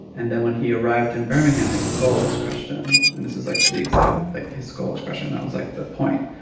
and then when he arrived in birmingham, his skull was crushed in. and this is, like, the exact like, his skull was crushed in that was, like, the point.